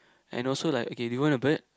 and also like okay do you want a bird